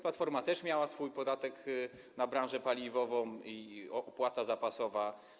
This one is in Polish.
Platforma też miała swój podatek na branżę paliwową i opłatę zapasową.